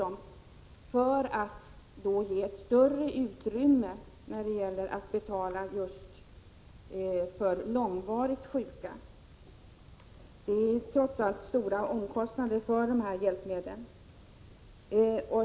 På så sätt skapas ett större utrymme när det gäller hjälpmedel för de långvarigt sjuka. Det är trots allt stora omkostnader för dessa hjälpmedel.